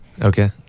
Okay